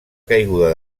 caiguda